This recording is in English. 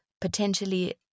potentially